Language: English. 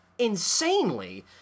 insanely